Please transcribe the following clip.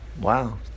Wow